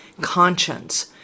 conscience